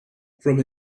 from